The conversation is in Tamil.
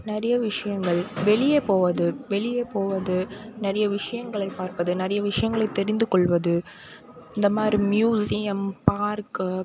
நிறைய விஷயங்கள் வெளியே போவது வெளியே போவது நிறைய விஷயங்களை பார்ப்பது நிறைய விஷயங்களை தெரிந்து கொள்வது இந்தமாதிரி மியூசியம் பார்க்கு